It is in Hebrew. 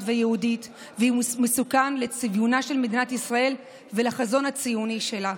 ויהודית ומסוכן לצביונה של מדינת ישראל ולחזון הציוני שלה.